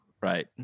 Right